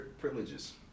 privileges